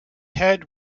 head